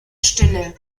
stille